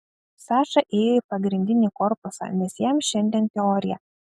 saša ėjo į pagrindinį korpusą nes jam šiandien teorija